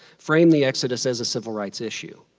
framed the exodus as a civil rights issue.